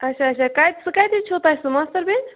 آچھا آچھا کتہِ سُہ کَتٮ۪ن چھُو تۄہہِ سُہِ ماستٕر بیٚنہِ